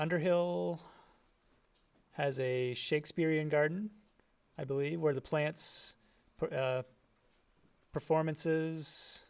underhill has a shakespearean garden i believe where the plants performances